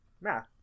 Math